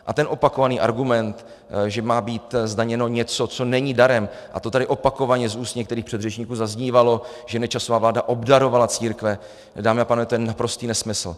A ten opakovaný argument, že má být zdaněno něco, co není darem, a to tady opakovaně z úst některých předřečníků zaznívalo, že Nečasova vláda obdarovala církve, dámy a pánové, to je naprostý nesmysl.